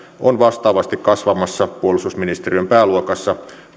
on vastaavasti kasvamassa puolustusministeriön pääluokassa